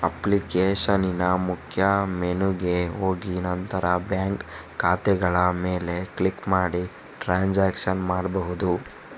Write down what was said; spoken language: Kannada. ಅಪ್ಲಿಕೇಶನಿನ ಮುಖ್ಯ ಮೆನುಗೆ ಹೋಗಿ ನಂತರ ಬ್ಯಾಂಕ್ ಖಾತೆಗಳ ಮೇಲೆ ಕ್ಲಿಕ್ ಮಾಡಿ ಟ್ರಾನ್ಸಾಕ್ಷನ್ ಮಾಡ್ಬಹುದು